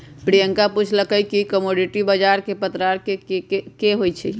प्रियंका पूछलई कि कमोडीटी बजार कै परकार के होई छई?